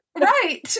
right